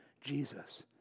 Jesus